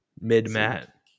Mid-mat